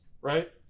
right